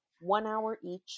one-hour-each